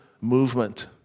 movement